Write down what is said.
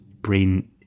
brain